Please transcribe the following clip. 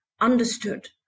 understood